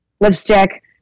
lipstick